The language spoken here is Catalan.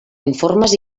informes